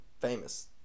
famous